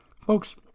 Folks